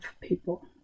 people